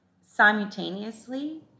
simultaneously